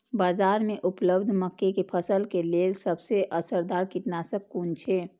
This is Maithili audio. बाज़ार में उपलब्ध मके के फसल के लेल सबसे असरदार कीटनाशक कुन छै?